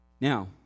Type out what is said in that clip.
Now